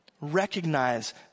Recognize